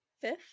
Fifth